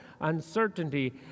uncertainty